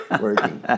working